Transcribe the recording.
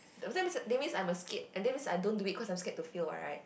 does that mean that's mean I'm scared that's mean I don't do it cause I'm scared to fail [what] right